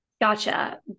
Gotcha